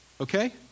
Okay